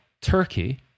Turkey